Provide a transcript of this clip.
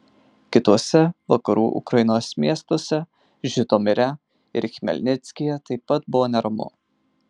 kituose vakarų ukrainos miestuose žitomire ir chmelnickyje taip pat buvo neramu